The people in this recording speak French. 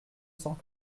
cent